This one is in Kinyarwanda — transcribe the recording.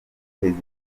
kwiteza